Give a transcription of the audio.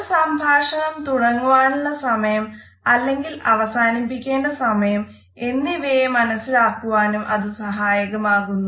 ഒരു സംഭാഷണം തുടങ്ങുവാനുള്ള സമയം അല്ലെങ്കിൽ അവസാനിപ്പിക്കേണ്ട സമയം എന്നിവയെ മനസ്സിലാക്കുവാനും അത് സഹായകമാകുന്നു